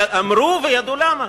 אמרו וידעו למה.